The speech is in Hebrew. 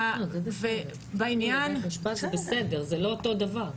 לא, זה בסדר, זה לא אותו דבר.